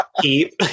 keep